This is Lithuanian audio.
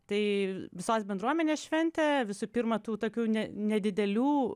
tai visos bendruomenės šventė visų pirma tų tokių ne nedidelių